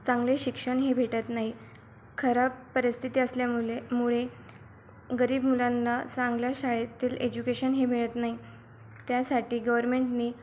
चांगले शिक्षणही भेटत नाही खराब परिस्थिती असल्यामुळे मुळे गरीब मुलांना चांगल्या शाळेतील एज्युकेशनही मिळत नाही त्यासाठी गवर्मेंटनी